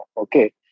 Okay